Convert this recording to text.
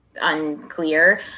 unclear